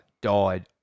died